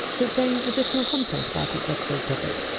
to obtain additional content about each episode topic,